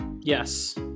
Yes